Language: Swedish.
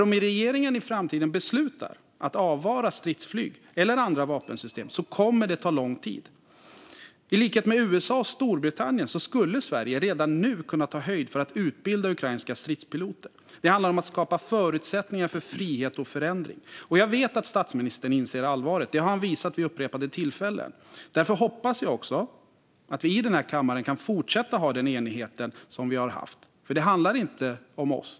Om regeringen i framtiden beslutar att avvara stridsflyg eller andra vapensystem kommer det att ta lång tid. I likhet med USA och Storbritannien skulle Sverige redan nu kunna ta höjd för att utbilda ukrainska stridspiloter. Det handlar om att skapa förutsättningar för frihet och förändring. Jag vet att statsministern inser allvaret; det har han visat vid upprepade tillfällen. Därför hoppas jag också att vi i den här kammaren kan fortsätta att ha den enighet som vi har haft. För det handlar inte om oss.